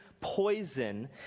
poison